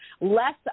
less